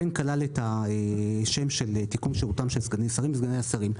שכלל את השם של תיקון כשירותם של שרים וסגני שרים,